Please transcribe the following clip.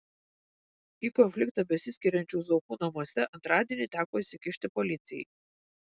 į konfliktą besiskiriančių zuokų namuose antradienį teko įsikišti policijai